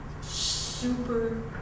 Super